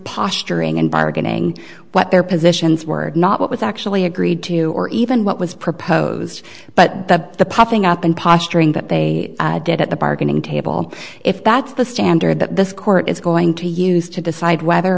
posturing and bargaining what their positions were not what was actually agreed to or even what was proposed but the puffing up and posturing that they did at the bargaining table if that's the standard that this court is going to use to decide whether